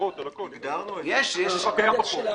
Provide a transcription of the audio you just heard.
יש הגדרות,